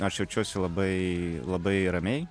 aš jaučiuosi labai labai ramiai